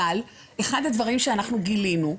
אחד הדברים שאנחנו גילינו,